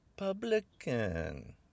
Republican